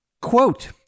Quote